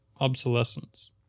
obsolescence